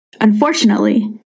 Unfortunately